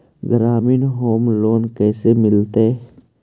ग्रामीण home loan कैसे मिलतै?